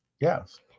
Yes